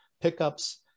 pickups